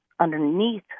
underneath